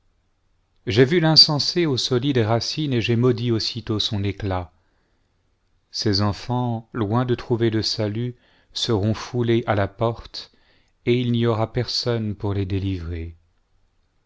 ai vn l'insensé aux solides racines et j'ai maudit aussitôt son éclat ses enfants loin de trouver le salut ont foulés à la porte et il n'y aura personne pour les délivrer